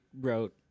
wrote